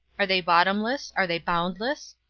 are they bottomless, are they boundless?